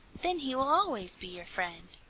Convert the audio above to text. then he will always be your friend.